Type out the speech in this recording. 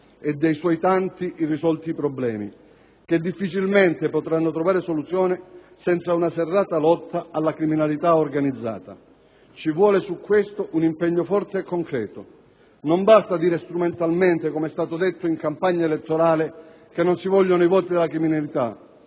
e dei suoi tanti, irrisolti problemi, che difficilmente potranno trovare soluzione senza una serrata lotta alla criminalità organizzata. Ci vuole, su questo punto, un impegno forte e concreto: non basta dire strumentalmente - com'è stato fatto in campagna elettorale - che non si vogliono i voti della criminalità: